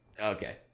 Okay